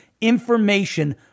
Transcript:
information